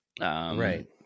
Right